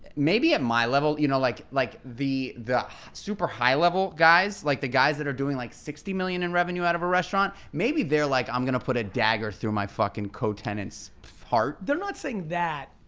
maybe at my level you know like like the the super high level guys, like the guys that are doing like sixty million in revenue out of a restaurant, maybe they're like i'm gonna put a dagger through my fuckin' cotenants heart. they're not saying that.